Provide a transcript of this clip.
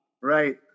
Right